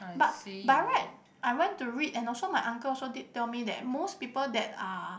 but by right I went to read and also my uncle also did tell me that most people that are